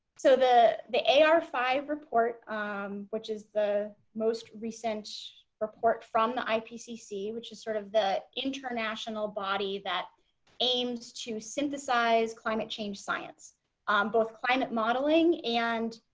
so the the a r five report um which is the most recent report from the ipcc which is sort of the international body that aims to synthesize climate change science um both climate modeling and